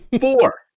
Four